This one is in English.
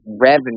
revenue